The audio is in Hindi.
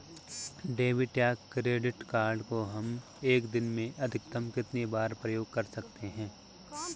डेबिट या क्रेडिट कार्ड को हम एक दिन में अधिकतम कितनी बार प्रयोग कर सकते हैं?